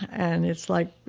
and it's like